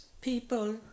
people